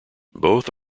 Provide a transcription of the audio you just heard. both